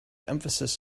emphasis